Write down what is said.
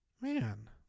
Man